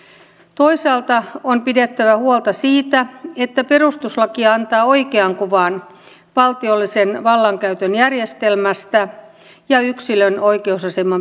on toisaalta pidettävä huolta siitä että perustuslaki antaa oikean kuvan valtiollisen vallankäytön järjestelmästä ja yksilön oikeusaseman perusteista